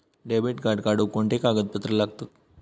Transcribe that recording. Debit card काढुक कोणते कागदपत्र लागतत?